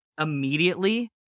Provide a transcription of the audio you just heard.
immediately